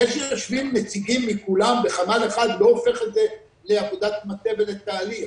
זה שיושבים נציגים מכולם בחמ"ל אחד לא הופך את זה לעבודת מטה ולתהליך.